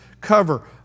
cover